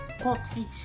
quotation